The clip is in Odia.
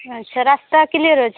ଆଚ୍ଛା ରାସ୍ତା କ୍ଲିୟର୍ ଅଛି